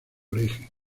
origen